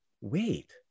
wait